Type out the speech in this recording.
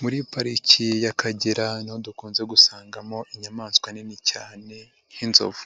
Muri pariki y'Akagera ni ho dukunze gusangamo inyamaswa nini cyane nk'inzovu,